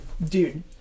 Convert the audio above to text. Dude